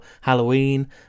Halloween